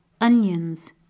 onions